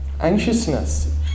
anxiousness